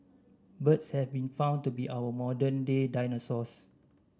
birds have been found to be our modern day dinosaurs